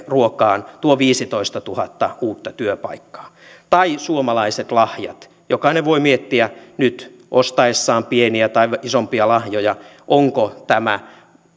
ruokaan tuo viisitoistatuhatta uutta työpaikkaa suomalaiset lahjat jokainen voi miettiä nyt ostaessaan pieniä tai isompia lahjoja onko tämä